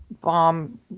bomb